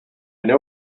know